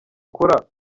ukora